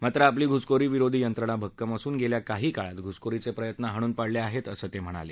मात्र आपली घुसखोरी विरोधी यंत्रणा भक्कम असून गेल्या काही काळात घुसखोरीचे प्रयत्न हाणून पाडले आहेत असं ते म्हणाले